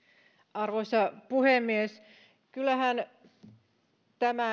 arvoisa puhemies kyllähän tämä